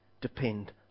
depend